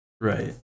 Right